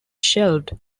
shelved